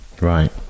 right